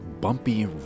bumpy